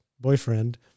boyfriend